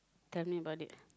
tell me about it